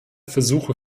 versuche